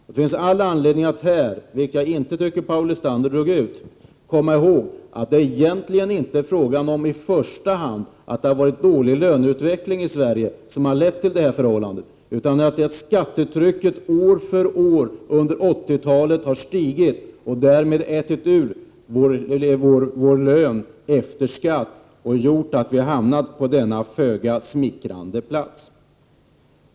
Det finns all anledning att här komma ihåg, vilket Paul Lestander dock inte gjorde, att det egentligen inte i första hand är den dåliga löneutvecklingen i Sverige som har lett till detta förhållande. Skattetrycket har år efter år under 80-talet stigit och därmed ätit ur vår lön efter skatt och gjort att vi har hamnat på denna föga smickrande plats.